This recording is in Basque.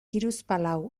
hiruzpalau